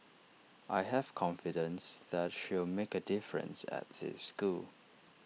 I have confidence that she'll make A difference at the school